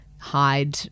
hide